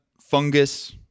fungus